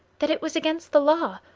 that it was against the law,